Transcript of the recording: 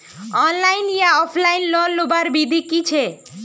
Online या offline loan लुबार विधि की छे?